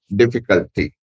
difficulty